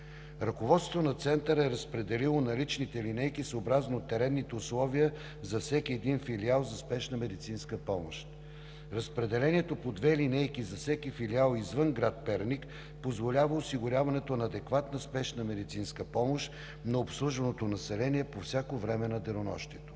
Ръководството на Центъра е разпределило наличните линейки съобразно теренните условия за всеки един филиал за спешна медицинска помощ. Разпределението от по две линейки за всеки филиал извън град Перник позволява осигуряването на адекватна спешна медицинска помощ на обслужваното население по всяко време на денонощието.